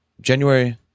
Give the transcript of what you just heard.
January